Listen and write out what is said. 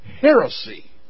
heresy